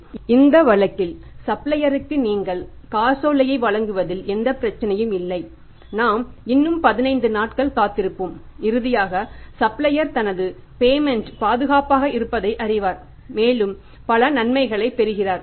எனவே இந்த வழக்கில் சப்ளையருக்கு நீங்கள் காசோலையை வழங்குவதில் எந்த பிரச்சனையும் இல்லை நாம் இன்னும் 15 நாட்கள் காத்திருப்போம் இறுதியாக சப்ளையர் தனது பேமென்ட் பாதுகாப்பாக இருப்பதை அறிவார் மேலும் இந்த நிறுவனத்துடன் உறவு வைத்திருப்பதாகக் கூறி பல நன்மைகளைப் பெறுகிறார்